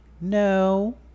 No